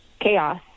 chaos